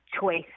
choice